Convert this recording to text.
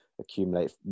accumulate